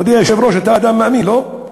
כבוד היושב-ראש, אתה אדם מאמין, לא?